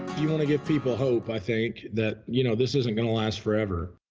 you want to give people hope, i think, that you know this isn't going to last forever.